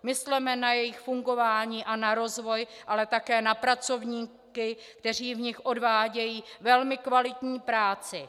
Mysleme na jejich fungování a na rozvoj, ale také na pracovníky, kteří v nich odvádějí velmi kvalitní práci.